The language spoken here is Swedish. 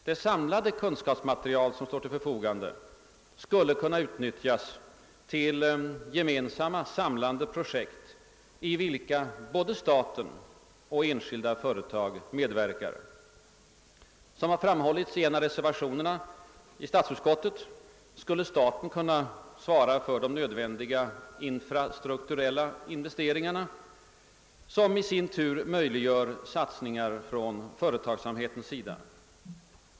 Det samlade kunskapsmaterial som står till förfogande skulle kunna utnyttjas till gemensamma sam lande projekt i vilka både staten och enskilda företag medverkar. Såsom har framhållits i en av reservationerna till statsutskottets utlåtande skulle staten kunna svara för de nödvändiga infrastrukturella investeringarna som i sin tur möjliggör satsningar från företagsamhetens sida.